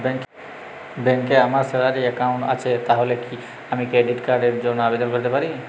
ব্যাংকে আমার salary account আছে তাহলে কি আমি ক্রেডিট কার্ড র জন্য আবেদন করতে পারি?